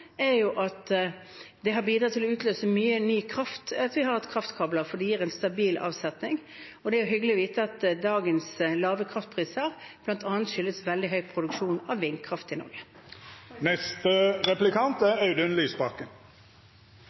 har bidratt til å utløse mye ny kraft, for det gir en stabil avsetning. Det er hyggelig å vite at dagens lave kraftpriser bl.a. skyldes veldig høy produksjon av vindkraft i Norge.